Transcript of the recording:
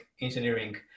Engineering